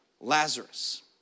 Lazarus